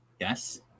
yes